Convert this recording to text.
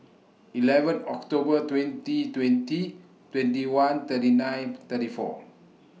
eleven October twenty twenty twenty one thirty nine thirty four